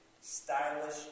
stylish